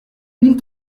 mille